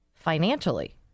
financially